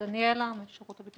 << דובר_המשך >> דניאלה: << דובר_המשך